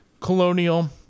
colonial